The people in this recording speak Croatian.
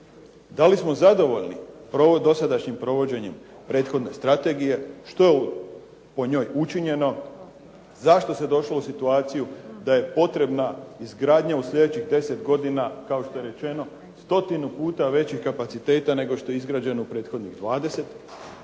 da li smo zadovoljni dosadašnjim provođenjem prethodne strategije, što je po njoj učinjeno, zašto se došlo u situaciju da je potrebna izgradnja u sljedećih 10 godina kao što je rečeno, 100 puta većih kapaciteta nego što je izgrađeno u prethodnih 20, dakle